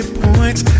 points